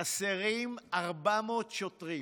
חסרים 400 שוטרים,